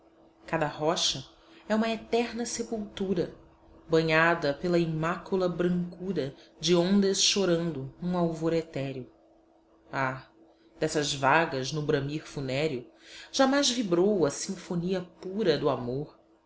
cada rocha é uma eterna sepultura banhada pela imácula brancura de ondas chorando num alvor etéreo ah dessas vagas no bramir funéreo jamais vibrou a sinfonia pura do amor